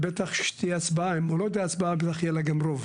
בטח כשתהיה הצבעה יהיה לה גם רוב.